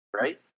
right